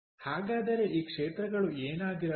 ಹಾಗಾದರೆ ಈ ಕ್ಷೇತ್ರಗಳು ಏನಾಗಿರಬಹುದು